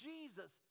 Jesus